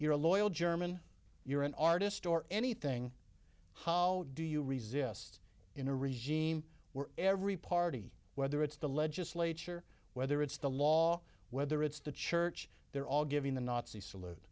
you're a loyal german you're an artist or anything how do you resist in a regime were every party whether it's the legislature whether it's the law whether it's the church they're all giving the nazi salute